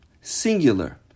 Singular